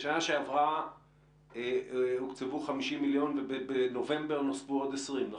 בשנה שעברה הוקצבו 50 מיליון שקלים ובנובמבר נוספו עוד 20 מיליון שקלים.